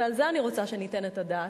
ועל זה אני רוצה שניתן את הדעת,